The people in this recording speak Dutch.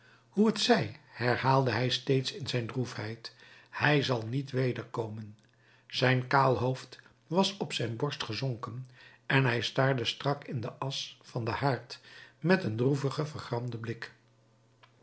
hoe t zij herhaalde hij steeds in zijn droefheid hij zal niet wederkomen zijn kaal hoofd was op zijn borst gezonken en hij staarde strak in de asch van den haard met een droevigen vergramden blik